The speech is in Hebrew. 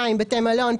בתי מלון,